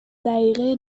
دقیقه